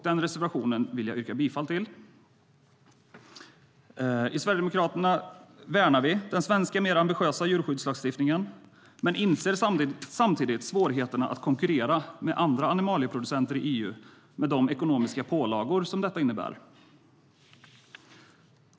Den reservationen yrkar jag bifall till. Vi sverigedemokrater värnar den svenska mer ambitiösa djurskyddslagstiftningen men inser samtidigt svårigheterna att konkurrera med andra animalieproducenter i EU i och med de ekonomiska pålagor som detta innebär.